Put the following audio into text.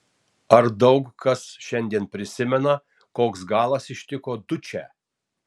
ar daug kas šiandien prisimena koks galas ištiko dučę